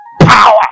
power